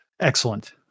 Excellent